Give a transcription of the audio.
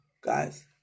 guys